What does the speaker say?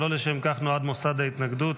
אבל לא לשם כך נועד מוסד ההתנגדות.